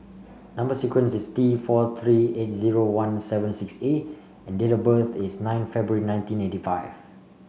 number sequence is T four three eight zero one seven six A and date of birth is nine February nineteen eighty five